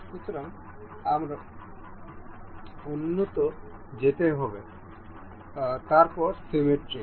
সুতরাং আমরা উন্নত যেতে হবে তারপর সিমিট্রিক